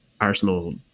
Arsenal